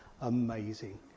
amazing